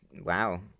Wow